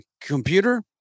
computer